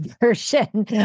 version